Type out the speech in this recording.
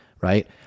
right